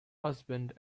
husband